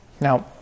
Now